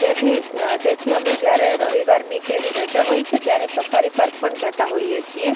ત્યાંથી તેથી અમે જ્યારે રવિવારની કે એવી રજા હોય છે ત્યારે સફારી પાર્ક પણ જતા હોઈએ છીએ